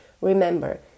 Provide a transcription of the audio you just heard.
remember